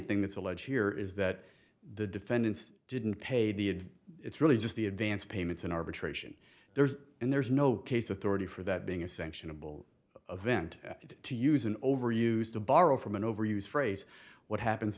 thing that's alleged here is that the defendants didn't pay the it's really just the advance payments in arbitration there's and there's no case authority for that being a sanctionable event to use an overused to borrow from an overused phrase what happens